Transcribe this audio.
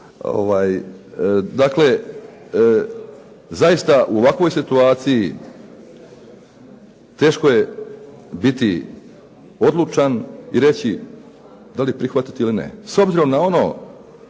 Dakle, zaista u ovakvoj situaciji teško je biti odlučan i reći da li prihvatiti ili ne.